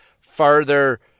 further